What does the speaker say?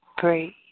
breathe